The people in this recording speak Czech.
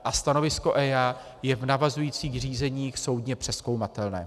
A stanovisko EIA je v navazujících řízeních soudně přezkoumatelné.